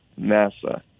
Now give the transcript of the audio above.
NASA